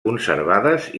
conservades